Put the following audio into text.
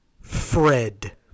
Fred